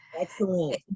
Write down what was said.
excellent